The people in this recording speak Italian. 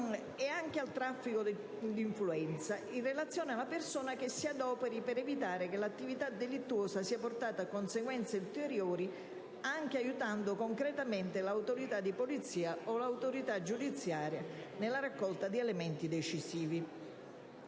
e anche al traffico di influenza in relazione alla persona che si adoperi per evitare che l'attività delittuosa sia portata a conseguenze ulteriori, anche aiutando concretamente l'autorità di polizia o l'autorità giudiziaria nella raccolta di elementi decisivi.